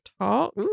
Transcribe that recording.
talk